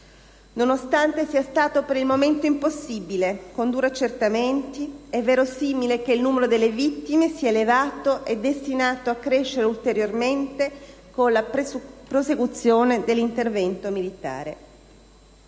Nonostante sia stato per il momento impossibile condurre accertamenti, è verosimile che il numero delle vittime sia elevato e destinato a crescere ulteriormente con la prosecuzione dell'intervento militare.